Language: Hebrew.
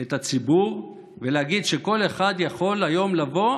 את הציבור ולהגיד שכל אחד יכול היום להקים